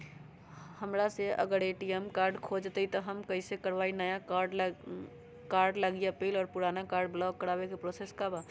हमरा से अगर ए.टी.एम कार्ड खो जतई तब हम कईसे करवाई नया कार्ड लागी अपील और पुराना कार्ड ब्लॉक करावे के प्रोसेस का बा?